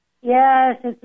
Yes